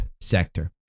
sector